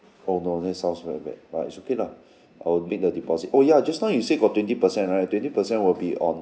oh no that sounds very bad but it's okay lah I will make the deposit oh ya just now you said got twenty percent right twenty percent will be on